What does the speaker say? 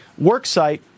worksite